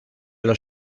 los